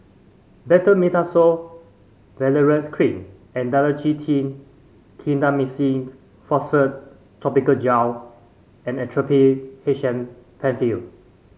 Betamethasone Valerate Cream and Dalacin T Clindamycin Phosphate Topical Gel and Actrapid H M Penfill